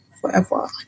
forever